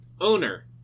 Owner